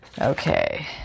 Okay